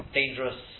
dangerous